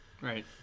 right